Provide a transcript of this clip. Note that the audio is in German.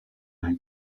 dein